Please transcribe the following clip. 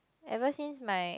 ever since my